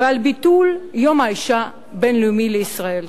ועל ביטול יום האשה הבין-לאומי בישראל.